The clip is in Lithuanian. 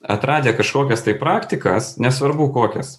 atradę kažkokias tai praktikas nesvarbu kokias